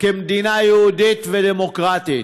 מדינה יהודית ודמוקרטית.